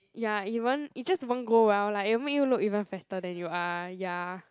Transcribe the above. ya it won't it just won't go well like it will make you look even fatter than you are ya